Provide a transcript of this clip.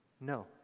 No